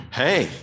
hey